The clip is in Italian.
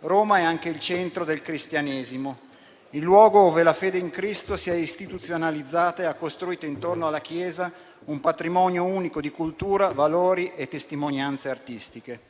Roma è anche il centro del Cristianesimo, il luogo dove la fede in Cristo si è istituzionalizzata e ha costruito intorno alla Chiesa un patrimonio unico di cultura, valori e testimonianze artistiche.